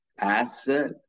asset